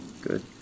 good